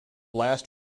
last